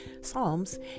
psalms